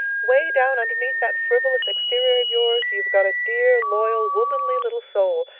way down underneath that frivolous exterior of yours you've got a dear, loyal, womanly little soul.